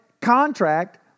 contract